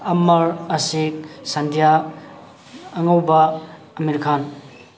ꯑꯃꯔ ꯑꯁꯤꯛ ꯁꯟꯗꯤꯌꯥ ꯑꯉꯧꯕ ꯑꯃꯤꯔ ꯈꯥꯟ